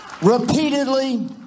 repeatedly